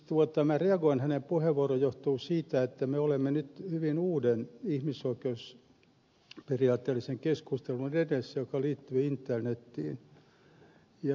miksi reagoin hänen puheenvuoroonsa johtuu siitä että me olemme nyt hyvin uuden ihmisoikeusperiaatteellisen keskustelun edessä joka liittyy internetiin